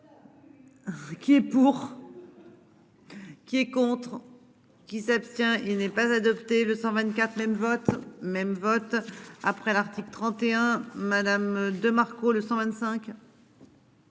qui est pour. Qui est contre. Qui s'abstient. Il n'est pas adopté le. 100. Même vote même. Après l'article 31. Madame de Marco le 125.